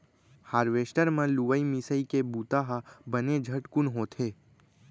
harvester म लुवई मिंसइ के बुंता ह बने झटकुन होथे